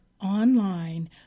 online